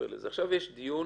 עכשיו יש דיון